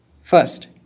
First